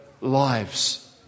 lives